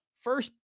First